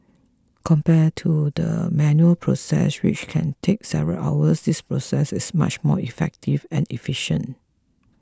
compared to the manual process which can take several hours this process is much more effective and efficient